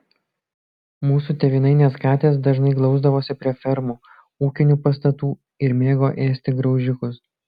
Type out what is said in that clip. mūsų tėvynainės katės dažnai glausdavosi prie fermų ūkinių pastatų ir mėgo ėsti graužikus